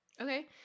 Okay